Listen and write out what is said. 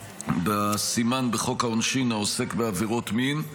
בסימן בחוק העונשין העוסק בעבירות מין,